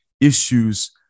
issues